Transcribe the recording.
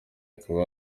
ikaba